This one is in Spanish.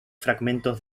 fragmentos